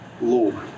Lord